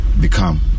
become